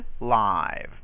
live